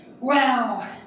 wow